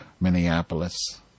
Minneapolis